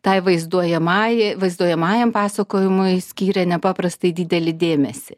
tai vaizduojamajai vaizduojamajam pasakojimui skyrė nepaprastai didelį dėmesį